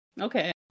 Okay